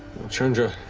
change the